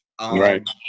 Right